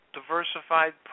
diversified